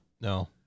No